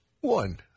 One